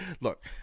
look